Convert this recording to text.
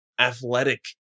Athletic